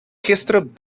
gisteren